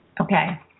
Okay